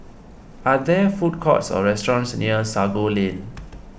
are there food courts or restaurants near Sago Lane